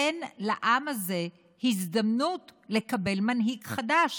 תן לעם הזה הזדמנות לקבל מנהיג חדש,